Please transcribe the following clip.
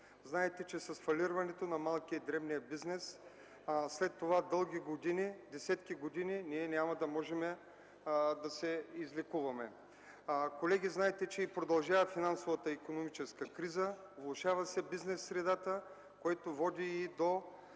Знаете, че с фалирането на малкия и средния бизнес след това дълги, десетки години няма да можем да се излекуваме. Колеги, знаете, че продължава финансовата и икономическата криза, влошава се бизнес средата, което води до